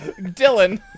Dylan